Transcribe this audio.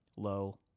Low